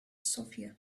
sofia